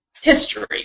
history